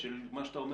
-- של מה שאתה,